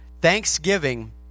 thanksgiving